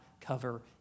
cover